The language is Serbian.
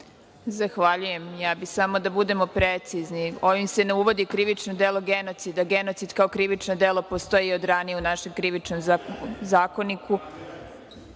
Zahvaljujem. Ja bih samo da budemo precizni. Ovim se ne uvodi krivično delo - genocida. Genocid kao krivično delo postoji od ranije u našem Krivičnom zakoniku.